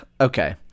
Okay